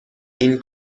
این